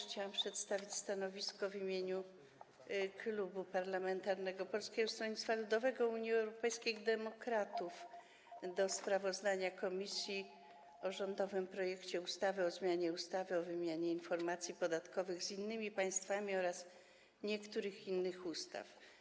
Chciałam przedstawić stanowisko w imieniu Klubu Poselskiego Polskiego Stronnictwa Ludowego - Unii Europejskich Demokratów wobec sprawozdania komisji o rządowym projekcie ustawy o zmianie ustawy o wymianie informacji podatkowych z innymi państwami oraz niektórych innych ustaw.